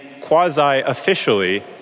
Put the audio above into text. quasi-officially